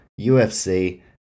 UFC